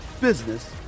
business